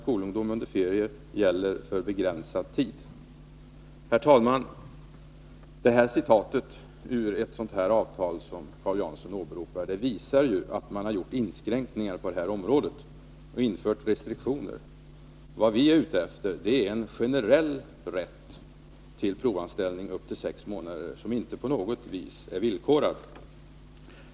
Herr talman! Av detta citat ur ett avtal av den typ som Paul Jansson åberopar framgår att man där inför inskränkningar och restriktioner. Vad vi önskar få till stånd är en generell, inte på något sätt villkorad rätt till provanställning upp till sex månader. Nu kommer förhoppningsvis ett sådant förslag.